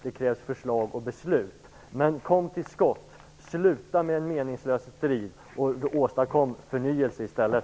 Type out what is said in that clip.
Det krävs förslag och beslut. Men kom till skott! Sluta med er meningslösa strid! Åstadkom förnyelse i stället!